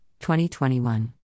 2021